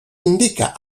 indica